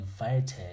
invited